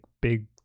big